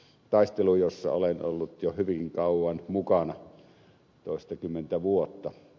taistelu jossa olen ollut jo hyvin kauan mukana toistakymmentä vuotta